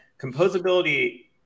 composability